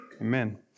Amen